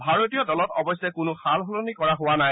ভাৰতীয় দলত অৱশ্যে কোনো সালসলনি কৰা হোৱা নাই